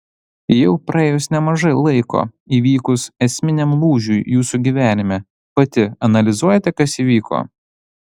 jau praėjus nemažai laiko įvykus esminiam lūžiui jūsų gyvenime pati analizuojate kas įvyko